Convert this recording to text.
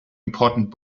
important